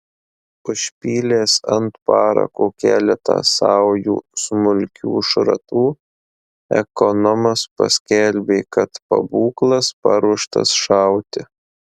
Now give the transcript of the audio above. užpylęs ant parako keletą saujų smulkių šratų ekonomas paskelbė kad pabūklas paruoštas šauti